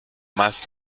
más